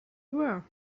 were